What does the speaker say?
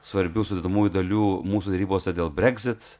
svarbių sudedamųjų dalių mūsų derybose dėl brexit